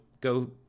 go